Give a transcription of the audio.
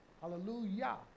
Hallelujah